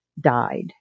died